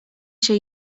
się